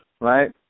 right